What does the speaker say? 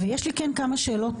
יש לי כמה שאלות